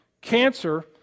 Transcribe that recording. Cancer